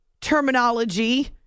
terminology